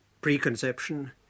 preconception